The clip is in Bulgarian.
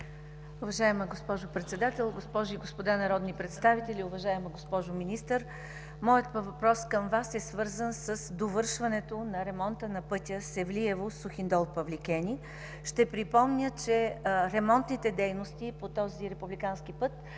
Уважаема госпожо Председател, госпожи и господа народни представители, уважаема госпожо Министър! Моят въпрос към Вас е свързан с довършването на ремонта на пътя Севлиево – Сухиндол – Павликени. Ще припомня, че ремонтните дейности по този републикански път